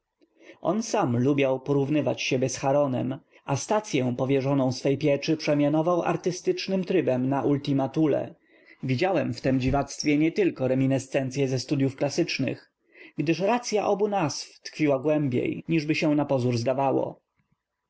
n sam lubiał porów nyw ać siebie z c h a ronem a stacyę pow ierzoną swej pieczy prze m ianow ał artystycznym trybem na ultim a thule w idziałem w tern dziw actw ie nie tylko rem iniscencye ze studyów klasycznych gdyż racya obu nazw tkw iła głębiej niżby się na pozór zdaw